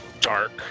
dark